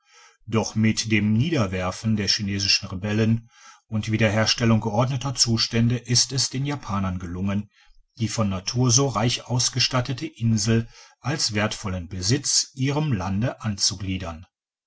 doch mit dem niederwerfen der chinesischen rebellen und wiederherstellung geordneter zustände ist es den japanern gelungen die von natur so reich ausgestattete insel als wertvollen besitz ihrem lande